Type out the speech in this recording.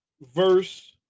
verse